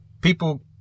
people